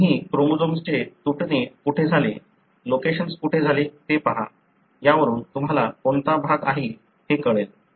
तुम्ही क्रोमोझोम्सचे तुटणे कोठे झाले ट्रान्सलोकेशन कुठे झाले ते पहा यावरून तुम्हाला कोणता भाग आहे हे कळते